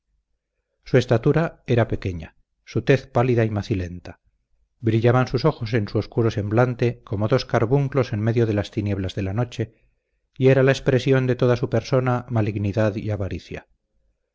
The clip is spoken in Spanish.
su estatura era pequeña su tez pálida y macilenta brillaban sus ojos en su oscuro semblante como dos carbunclos en medio de las tinieblas de la noche y era la expresión de toda su persona malignidad y avaricia